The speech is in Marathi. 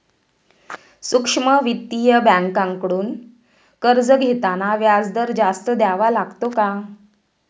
सूक्ष्म वित्तीय बँकांकडून कर्ज घेताना व्याजदर जास्त द्यावा लागतो का?